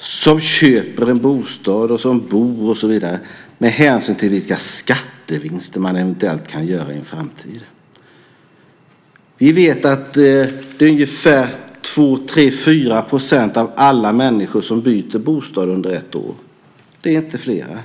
som köper en bostad och bor där med hänsyn till vilka skattevinster man eventuellt kan göra i en framtid. Vi vet att det är ungefär 2-4 % av alla människor som byter bostad under ett år. Det är inte fler.